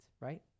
right